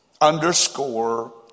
underscore